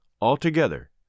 ALTOGETHER